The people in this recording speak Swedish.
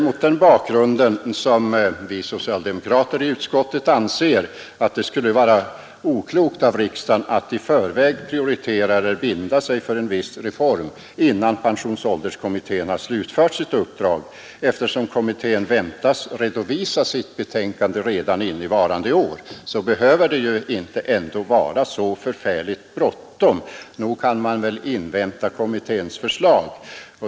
Mot den bakgrunden anser socialdemokraterna i utskottet att det skulle vara oklokt om riksdagen i förväg skulle binda sig för en viss reform, innan pensionsålderskommittén har slutfört sitt uppdrag. Då kommittén förväntas redovisa sitt betänkande redan innevarande år behöver det inte vara så förfärligt bråttom. Nog kan man väl invänta kommitténs förslag.